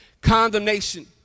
Condemnation